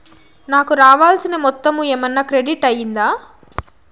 నాకు రావాల్సిన మొత్తము ఏమన్నా క్రెడిట్ అయ్యిందా